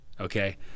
Okay